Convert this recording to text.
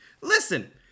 Listen